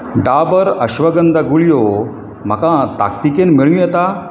डाबर अश्वगंधा गुळयो म्हाका ताकतिकेन मेळूं येता